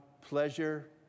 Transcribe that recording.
pleasure